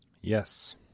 Yes